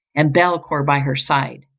and belcour by her side.